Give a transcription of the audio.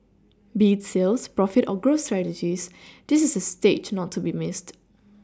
be it sales profit or growth strategies this is a stage not to be Missed